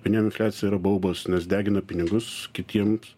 vieniem infliacija yra baubas nes degina pinigus kitiems